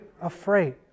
afraid